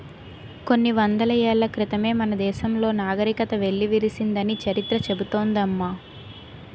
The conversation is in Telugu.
కొన్ని వందల ఏళ్ల క్రితమే మన దేశంలో నాగరికత వెల్లివిరిసిందని చరిత్ర చెబుతోంది అమ్మ